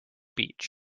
beach